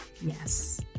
Yes